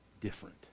different